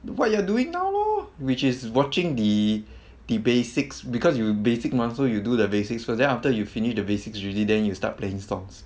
what you are doing now lor which is watching the the basics because you basic mah so you do the basics first then after you finish the basics already then you start playing songs